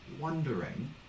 wondering